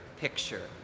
picture